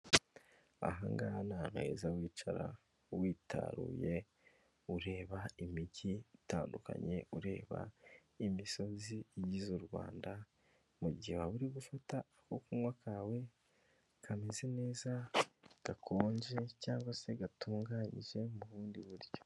Ahangaha ni ahantu heza wicara witaruye ureba imigi itandukanye, ureba imisozi igize u Rwanda mu gihe waba uri gufata ako kunywa kawe kameze neza, gakonje cyangwa se gatunganyije mu bundi buryo.